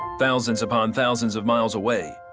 thousands upon thousands of miles away,